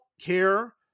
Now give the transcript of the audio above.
care